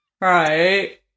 Right